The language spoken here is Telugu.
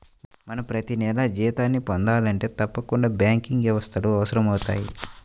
మనం ప్రతినెలా జీతాన్ని పొందాలంటే తప్పకుండా బ్యాంకింగ్ వ్యవస్థలు అవసరమవుతయ్